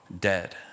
dead